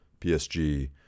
PSG